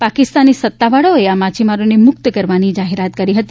પાકિસ્તાની સત્તાવાળાઓએ આ માછીમારોને મૂક્ત કરવાની જાહેરાત કરી હતી